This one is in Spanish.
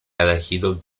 elegido